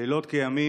לילות כימים,